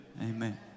amen